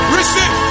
Receive